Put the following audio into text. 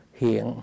hiện